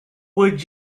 would